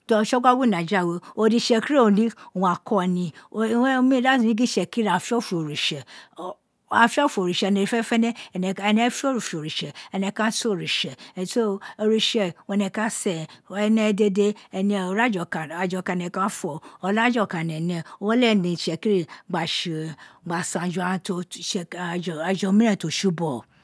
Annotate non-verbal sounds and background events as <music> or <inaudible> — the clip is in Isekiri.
To tsọgna ni majiri a we ode itsekiri owu a ka ni <hesitation> da si ri gingin itsekiri a dẹ ọfọ oritse <hesitation> a fiofo oritse ẹnẹ dede fẹnẹfẹnẹ, ene <hesitation> fi ọfọ oritse ẹne ka sẹn oritse, so oritse ẹnẹ ka sẹn, ẹnẹ dede ira ja okan aja ọkan ẹnẹ ka fọ, ọlaja ọka ẹnẹ nẹ, owun ne lẹghẹ itsekiri gba tse <hesitation> gba san jughan to <hesitation> aja omirn to tsibọghọ